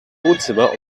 wohnzimmer